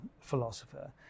philosopher